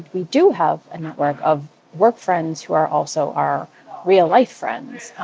we do have a network of work friends who are also our real-life friends.